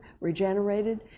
regenerated